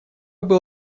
был